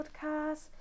Podcast